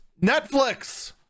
Netflix